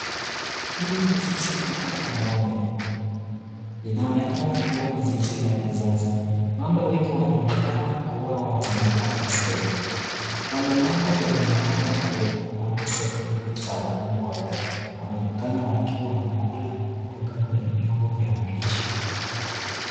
Hili ni zizi kubwa la ng'ombe, linaonekana kuwa ni zizi la kisasa. Ng'ombe wengi wanaonekana kuwa wa jamii ya Holstein. Wamepangwa kwenye mabanda marefu pande zote mbili za ukumbi wa kati, wanaonekana wakiwa wanakula kutoka kwenye vyombo vya malisho.